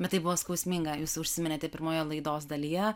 bet tai buvo skausminga jūs užsiminėte pirmoje laidos dalyje